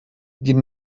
die